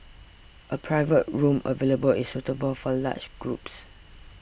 a private room available is suitable for large groups